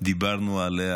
דיברנו עליה,